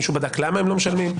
מישהו בדק למה הם לא משלמים?